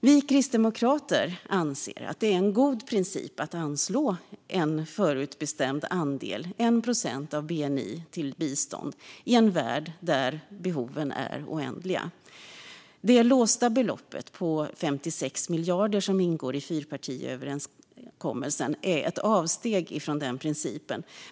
Vi kristdemokrater anser att det är en god princip att anslå en förutbestämd andel, 1 procent av bni, till bistånd i en värld där behoven är oändliga. Det låsta beloppet på 56 miljarder, som ingår i fyrpartiöverenskommelsen, är ett avsteg från den principen.